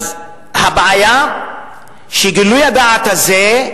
אז הבעיה שגילוי הדעת הזה,